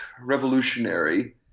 revolutionary